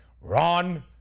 Ron